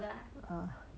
uh